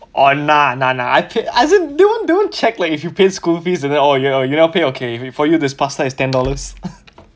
oh nah nah nah I as in they won't they won't check like if you paid school fees or not oh your your not pay okay for you this pasta is ten dollars